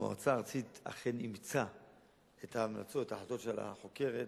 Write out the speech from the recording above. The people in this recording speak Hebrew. המועצה הארצית אכן אימצה את ההמלצות של החוקרת,